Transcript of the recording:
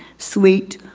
sweet,